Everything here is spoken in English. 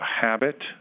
habit